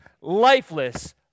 lifeless